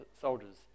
soldiers